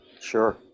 Sure